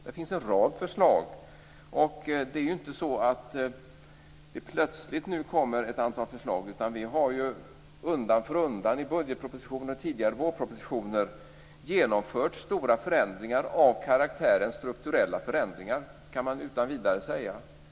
Där finns en rad förslag. Det är inte så att det plötsligt nu kommer ett antal förslag, utan vi har undan för undan i budgetpropositionen och i tidigare vårpropositioner genomfört stora förändringar av karaktären strukturella förändringar, kan man utan vidare säga.